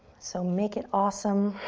so make it awesome.